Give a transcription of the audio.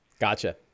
Gotcha